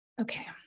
Okay